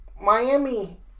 Miami